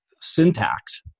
syntax